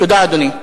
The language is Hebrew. תודה, אדוני.